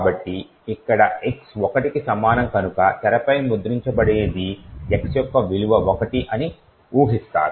కాబట్టి ఇక్కడ x 1కి సమానం కనుక తెరపై ముద్రించబడేది x యొక్క విలువ 1 అని ఊహిస్తారు